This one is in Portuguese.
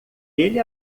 ele